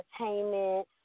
entertainment